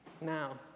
Now